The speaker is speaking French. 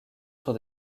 sur